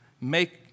make